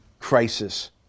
crisis